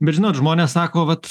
bet žinot žmonės sako vat